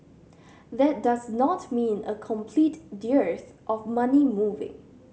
that does not mean a complete of money moving